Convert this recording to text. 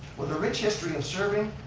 with a rich history of serving,